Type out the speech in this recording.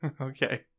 Okay